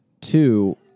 Two